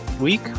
week